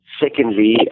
Secondly